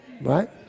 Right